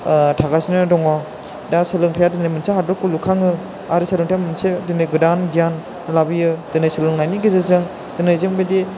ओह थागासिनो दङ दा सोलोंथाया दिनै मोनसे हादरखौ लुखाङो आरो सोलोंथाइया मोनसे दिनै गोदान गियान लाबोयो दिनै सोलोंनायनि गेजेरजों दिनै जों बिदि